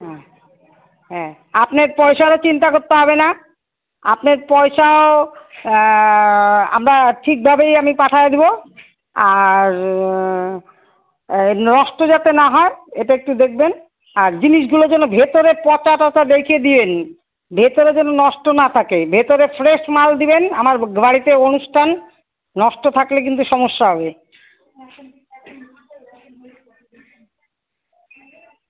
হ্যাঁ হ্যাঁ আপনের পয়সারও চিন্তা করতে হবে না আপনের পয়সাও আমরা ঠিকভাবেই আমি পাঠায় দিবো আর নষ্ট যাতে না হয় এটা একটু দেখবেন আর জিনিসগুলো যেন ভেতরে পচা টচা দেখে দিয়েন ভেতরে যেন নষ্ট না থাকে ভেতরে ফ্রেশ মাল দিবেন আমার বাড়িতে অনুষ্ঠান নষ্ট থাকলে কিন্তু সমস্যা হবে